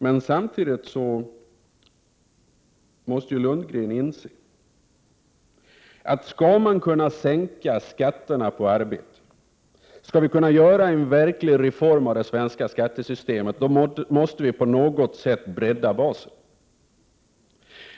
Men Bo Lundgren måste samtidigt inse att om vi skall kunna sänka skatterna på arbete och om vi skall kunna göra en verklig reform av det svenska skattesystemet, då måste vi på något sätt bredda basen.